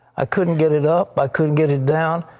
i couldn't get it up. i couldn't get it down.